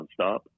nonstop